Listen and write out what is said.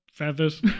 feathers